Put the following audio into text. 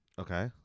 Okay